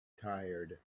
tired